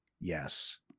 yes